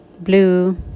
blue